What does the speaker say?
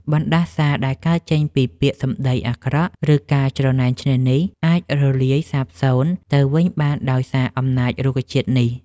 បណ្តាសាដែលកើតចេញពីពាក្យសម្តីអាក្រក់ឬការច្រណែនឈ្នានីសអាចរលាយសាបសូន្យទៅវិញដោយសារអំណាចរុក្ខជាតិនេះ។